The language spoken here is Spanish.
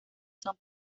son